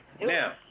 Now